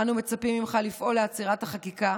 אנו מצפים ממך לפעול לעצירת החקיקה